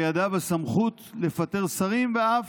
בידיו הסמכות לפטר שרים ואף,